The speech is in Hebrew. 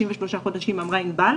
63 חודשים כפי שאמרה עינבל.